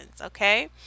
Okay